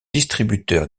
distributeur